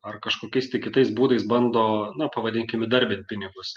ar kažkokiais tai kitais būdais bando na pavadinkim įdarbint pinigus